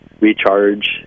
recharge